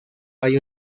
hay